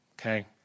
Okay